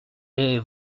est